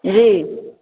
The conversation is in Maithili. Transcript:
जी